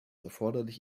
erforderlich